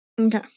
Okay